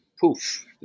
poof